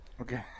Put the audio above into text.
Okay